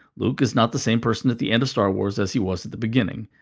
luke is not the same person at the end of star wars as he was at the beginning.